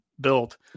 built